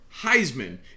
Heisman